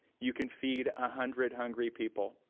you can feed a hundred hungry people.